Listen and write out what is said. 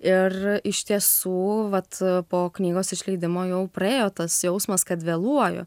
ir iš tiesų vat po knygos išleidimo jau praėjo tas jausmas kad vėluoju